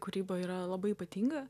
kūryba yra labai ypatinga